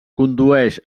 condueix